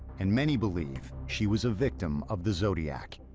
and many believe she was a victim of the zodiac.